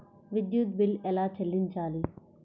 విద్యుత్ బిల్ ఎలా చెల్లించాలి?